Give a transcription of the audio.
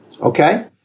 okay